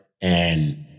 And-